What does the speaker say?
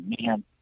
man